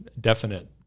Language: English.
definite